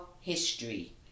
history